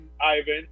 ivan